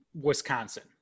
Wisconsin